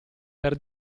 per